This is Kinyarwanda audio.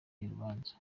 y’urubanza